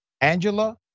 Angela